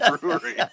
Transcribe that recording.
brewery